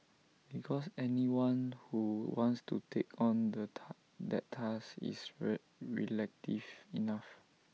because anyone who wants to take on the that task is re reflective enough